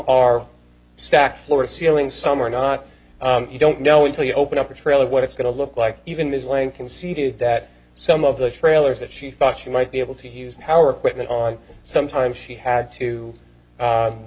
are stacked floor ceiling some are not you don't know until you open up a trail of what it's going to look like even this lame conceded that some of the trailers that she thought she might be able to use our equipment on sometimes she had to